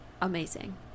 amazing